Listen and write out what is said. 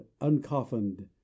uncoffined